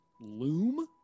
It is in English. loom